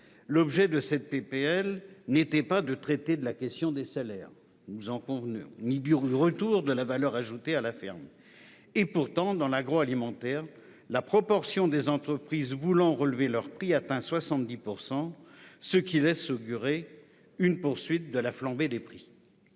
proposition de loi n'était pas de traiter la question des salaires ni du retour de la valeur ajoutée à la ferme. Pourtant, dans l'agroalimentaire, la proportion des entreprises voulant relever leurs prix atteint 70 %, ce qui laisse augurer une poursuite de la flambée des prix.